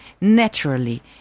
naturally